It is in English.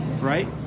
right